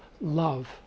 love